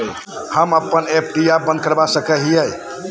हम अप्पन एफ.डी आ बंद करवा सको हियै